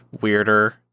weirder